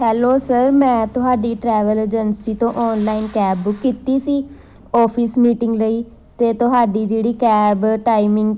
hello sir ਮੈਂ ਤੁਹਾਡੀ travel agency ਤੋਂ ਔਨਲਾਈਨ ਕੈਬ ਬੁੱਕ ਕੀਤੀ ਸੀ ਔਫਿਸ ਮੀਟਿੰਗ ਲਈ ਅਤੇ ਤੁਹਾਡੀ ਜਿਹੜੀ ਕੈਬ ਟਾਈਮਿੰਗ